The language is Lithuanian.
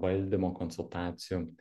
valdymo konsultacijų